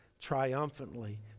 triumphantly